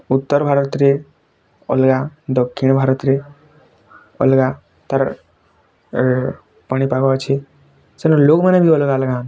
ଉତ୍ତର ଭାରତରେ ଅଲଗା ଦକ୍ଷିଣ ଭାରତରେ ଅଲଗା ତା'ର ପାଣିପାଗ ଅଛି ସେଠି ଲୋକ ମାନେ ବି ଅଲଗା ଅଲଗା